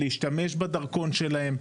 להשתמש בדרכון שלהם,